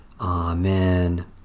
Amen